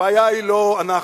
הבעיה היא לא אנחנו,